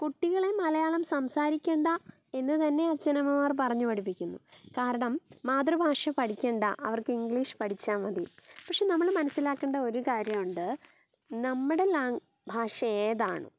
കുട്ടികളെ മലയാളം സംസാരിക്കേണ്ട എന്ന് തന്നെ അച്ഛനമ്മമാർ പറഞ്ഞു പഠിപ്പിക്കുന്നു കാരണം മാതൃഭാഷ പഠിക്കേണ്ട അവർക്ക് ഇംഗ്ലീഷ് പഠിച്ചാൽ മതി പക്ഷേ നമ്മൾ മനസ്സിലാക്കേണ്ട ഒരു കാര്യം ഉണ്ട് നമ്മുടെ ലാങ്ങ് ഭാഷ ഏതാണോ